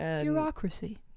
bureaucracy